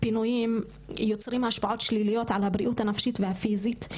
הפינויים יוצרים השפעות שליליות על הבריאות הנפשית והפיזית,